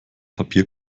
papier